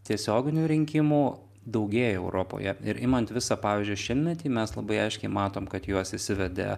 tiesioginių rinkimų daugėja europoje ir imant visą pavyzdžiui šimtmetį mes labai aiškiai matom kad juos įsivedė